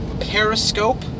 Periscope